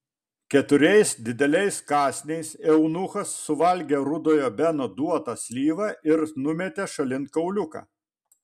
keturiais dideliais kąsniais eunuchas suvalgė rudojo beno duotą slyvą ir numetė šalin kauliuką